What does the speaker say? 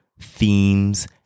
themes